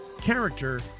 character